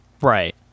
Right